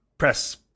press